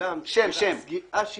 סגירת ברז